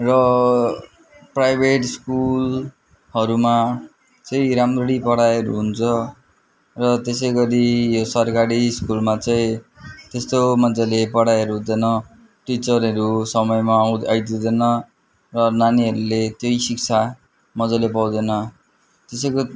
र प्राइभेट स्कुलहरूमा चाहिँ राम्ररी पढाइहरू हुन्छ र त्यसै गरी यो सरकारी स्कुलमा चाहिँ त्यस्तो मजाले पढाइहरू हुँदैन टिचरहरू समयमा आऊ आइदिँदैन र नानीहरूले त्यही शिक्षा मजाले पाउँदैन त्यसै गर